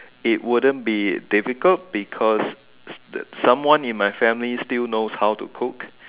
it wouldn't be difficult because someone in my family still knows how to cook